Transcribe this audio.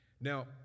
now